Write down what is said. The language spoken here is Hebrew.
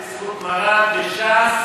בינתיים בזכות מרן וש"ס